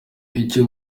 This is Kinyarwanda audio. icyo